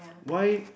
why